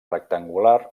rectangular